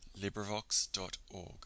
LibriVox.org